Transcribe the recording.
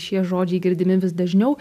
šie žodžiai girdimi vis dažniau